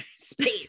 space